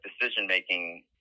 decision-making